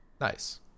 nice